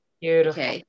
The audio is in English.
Beautiful